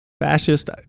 fascist